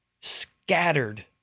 scattered